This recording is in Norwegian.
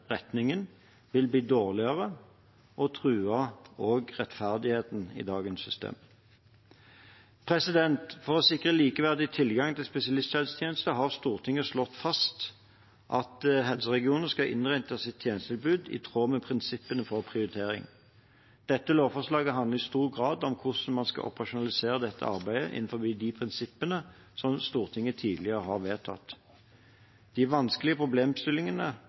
retningen, vil bli dårligere og true rettferdigheten i dagens system. For å sikre likeverdig tilgang til spesialisthelsetjenester har Stortinget slått fast at helseregionene skal innrette sitt tjenestetilbud i tråd med prinsippene for prioritering. Dette lovforslaget handler i stor grad om hvordan man skal operasjonalisere dette arbeidet innenfor de prinsippene som Stortinget tidligere har vedtatt. De vanskelige problemstillingene